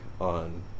on